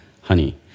honey